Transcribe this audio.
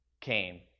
came